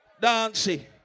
Dancing